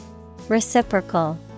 Reciprocal